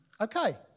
Okay